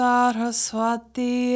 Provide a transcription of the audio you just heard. Saraswati